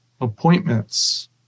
appointments